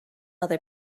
other